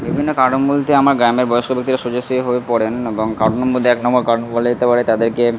বিভিন্ন কারণ বলতে আমার গ্রামের বয়েস্ক ব্যক্তিরা শয্যাশায়ী হয়ে পড়েন এবং কারণের মধ্যে এক নম্বর কারণ বলা যেতে পারে তাদেরকে